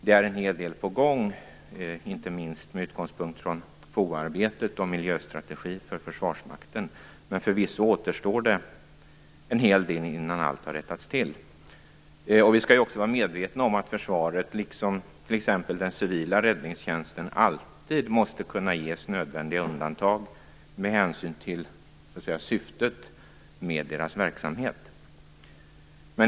Det är en hel del på gång, inte minst med utgångspunkt i FOA-arbetet och miljöstrategi för Försvarsmakten. Men förvisso återstår det en hel del innan allt har rättats till. Vi skall vara medvetna om att försvaret liksom t.ex. den civila räddningstjänsten alltid måste kunna ges nödvändiga undantag med hänsyn till syftet med deras verksamhet.